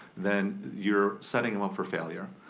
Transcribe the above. then you're setting em up for failure.